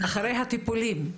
אחרי הטיפולים.